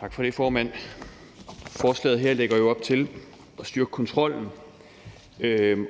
Tak for det, formand. Forslaget her lægger jo op til at styrke kontrollen